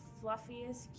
fluffiest